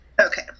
Okay